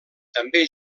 també